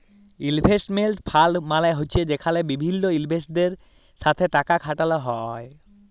investment fund মালে হছে যেখালে বিভিল্ল ইলভেস্টরদের সাথে টাকা খাটালো হ্যয়